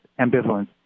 ambivalence